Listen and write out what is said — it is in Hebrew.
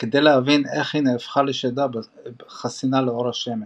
כדי להבין איך היא נהפכה לשדה חסינה לאור השמש.